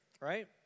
right